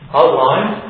outline